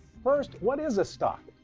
first, what is a stock?